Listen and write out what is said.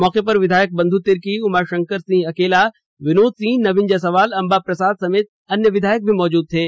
मौके पर विधायक बंधु तिर्की उमाशंकर सिंह अकेला विनोद सिंह नवीन जयसवाल अंबा प्रसाद सहित अन्य विधायक मौजूद थे